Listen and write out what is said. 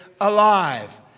alive